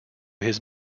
his